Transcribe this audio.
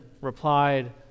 replied